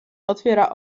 otwiera